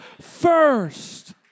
first